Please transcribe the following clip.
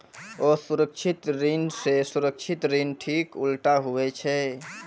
असुरक्षित ऋण से सुरक्षित ऋण ठीक उल्टा हुवै छै